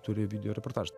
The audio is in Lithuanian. turi video reportažą